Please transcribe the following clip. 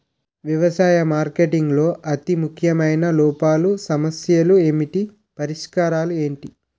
వ్యవసాయ మార్కెటింగ్ లో అతి ముఖ్యమైన లోపాలు సమస్యలు ఏమిటి పరిష్కారాలు ఏంటి?